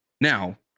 Now